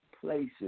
places